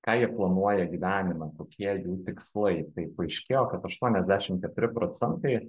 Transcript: ką jie planuoja gyvenime kokie jų tikslai tai paaiškėjo kad aštuoniasdešim keturi procentai